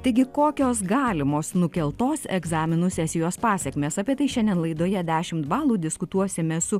taigi kokios galimos nukeltos egzaminų sesijos pasekmės apie tai šiandien laidoje dešimt balų diskutuosime su